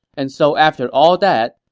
and so after all that,